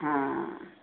हाँ